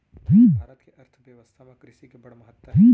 भारत के अर्थबेवस्था म कृसि के बड़ महत्ता हे